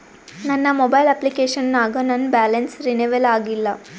ನನ್ನ mobile application ನಾಗ ನನ್ ಬ್ಯಾಲೆನ್ಸ್ ರೀನೇವಲ್ ಆಗಿಲ್ಲ